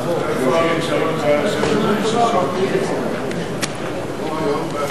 איפה אריק שרון שהיה יושב תשע שעות בלי